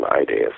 ideas